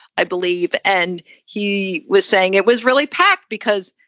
i believe. and he was saying it was really packed because,